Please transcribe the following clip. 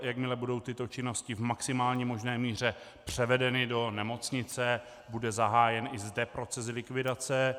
Jakmile budou tyto činnosti v maximální možné míře převedeny do nemocnice, bude zahájen i zde proces likvidace.